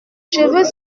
cheveux